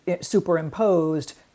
superimposed